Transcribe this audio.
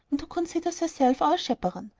and who considers herself our chaperone,